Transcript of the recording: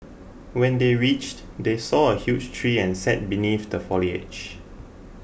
when they reached they saw a huge tree and sat beneath the foliage